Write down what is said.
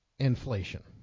Inflation